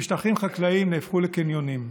ושטחים חקלאיים נהפכו לקניונים.